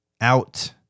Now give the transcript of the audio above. out